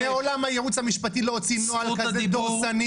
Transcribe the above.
מעולם הייעוץ המשפטי לא הוציא נוהל כזה דורסני